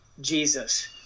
Jesus